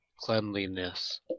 cleanliness